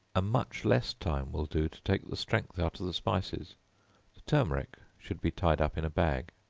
a much less time will do to take the strength out of the spices the turmeric should be tied up in a bag.